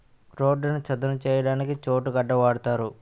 రోడ్డును చదును చేయడానికి చోటు గొడ్డ వాడుతారు